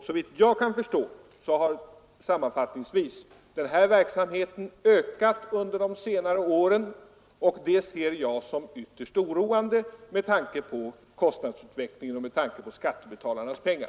Såvitt jag kan förstå har den här verksamheten sammanfattningsvis ökat under de senare åren och det ser jag som ytterst oroande med tanke på kostnadsutvecklingen och med tanke på skattebetalarnas pengar.